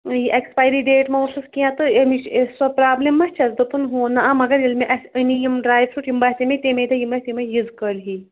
یہِ expiry date ما اوسُس کینٛہہ تہٕ ایٚمِچ سۄ پرابلِم ما چھَس دوٚپُن ہٮ۪ون نہ آ مگر ییٚلہِ مےٚ اَسہِ أنی یِم ڈراے فرٛوٗٹ یِم باسے مےٚ تَمے دۄہ یِم اَسہِ یِمے یِژ کٲلۍ ہی